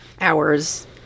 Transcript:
hours